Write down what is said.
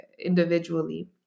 individually